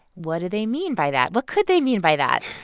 what did they mean by that? what could they mean by that?